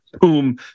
boom